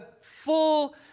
full